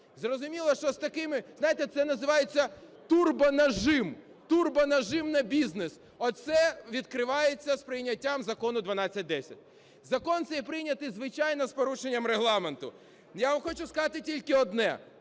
Зрозуміло, що з такими, знаєте, це називається "турбонажим", турбонажим на бізнес, оце відкривається з прийняттям Закону 1210. Закон цей прийнятий, звичайно, з порушенням Регламенту. Я вам хочу сказати тільки одне: